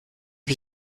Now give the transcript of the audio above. wie